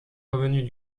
revenus